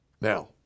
Now